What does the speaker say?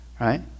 right